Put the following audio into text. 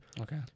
okay